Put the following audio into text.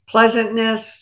pleasantness